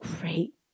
great